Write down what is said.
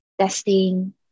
testing